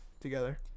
Together